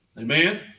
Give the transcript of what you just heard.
Amen